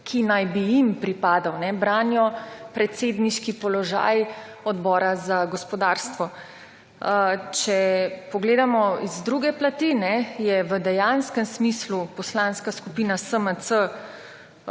ki naj bi jim pripadal. Branijo predsedniški položaj Odbora za gospodarstvo. Če pogledamo iz druge plati, je v dejanskem smislu Poslanska skupina SMC